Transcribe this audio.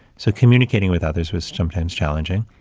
so, communicating with others was sometimes challenging.